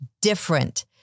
different